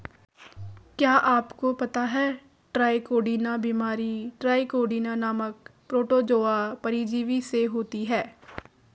क्या आपको पता है ट्राइकोडीना बीमारी ट्राइकोडीना नामक प्रोटोजोआ परजीवी से होती है?